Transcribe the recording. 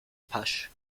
pasch